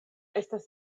estas